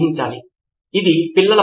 సిద్ధార్థ్ మాతురి అవును నిజమే